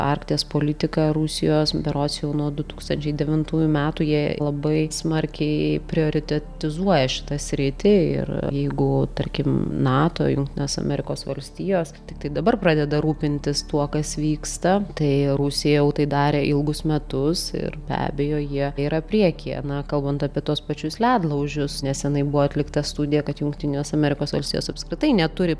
arkties politika rusijos berods jau nuo du tūkstančiai devintųjų metų jie labai smarkiai prioritetizuoja šitą sritį ir jeigu tarkim nato jungtinės amerikos valstijos tiktai dabar pradeda rūpintis tuo kas vyksta tai rusija jau tai darė ilgus metus ir be abejo jie yra priekyje na kalbant apie tuos pačius ledlaužius nesenai buvo atlikta studija kad jungtinės amerikos valstijos apskritai neturi